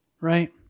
Right